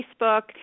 Facebook